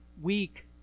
weak